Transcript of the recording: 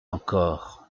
encore